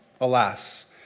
alas